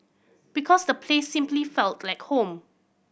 because the place simply felt like home